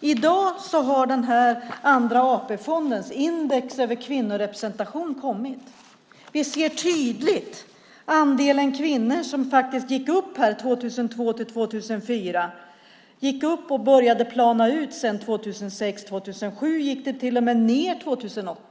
I dag har Andra AP-fondens index över kvinnorepresentation kommit. Vi ser tydligt att andelen kvinnor gick upp 2002-2004, sedan började plana ut 2006 och 2007 för att till och med gå ned 2008.